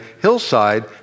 hillside